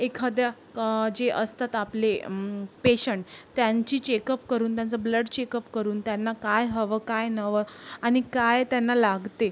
एखाद्या क जे असतात आपले पेशंट त्यांची चेकअप करून त्यांचं ब्लड चेकअप करून त्यांना काय हवं काय नवं आणि काय त्यांना लागते